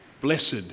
blessed